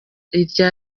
iryo